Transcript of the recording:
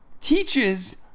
teaches